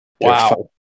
Wow